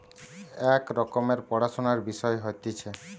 এক রকমের পড়াশুনার বিষয় হতিছে